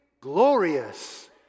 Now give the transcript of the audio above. glorious